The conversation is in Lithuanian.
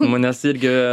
manęs irgi